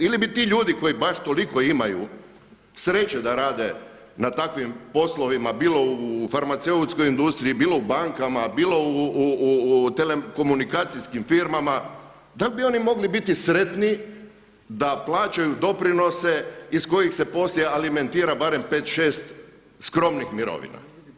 Ili bi ti ljudi koji baš toliko imaju sreće da rade na takvim poslovima bilo u farmaceutskoj industriji, bilo u bankama, bilo u telekomunikacijskim firmama da li bi oni mogli biti sretniji da plaćaju doprinose iz kojih se poslije alimentira barem 5, 6 skromnih mirovina?